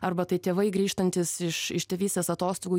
arba tai tėvai grįžtantys iš iš tėvystės atostogų